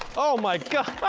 oh my god,